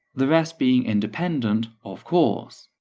the rest being independent, of course.